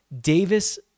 davis